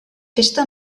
festa